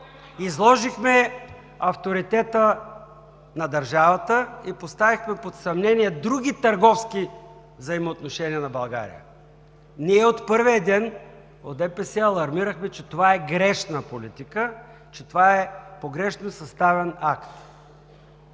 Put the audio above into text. Изложихме авторитета на държавата и поставихме под съмнение други търговски взаимоотношение на България. Ние от ДПС от първия ден алармирахме, че това е грешна политика, че това е погрешно съставен акт.